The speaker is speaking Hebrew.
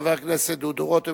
חבר הכנסת דודו רותם,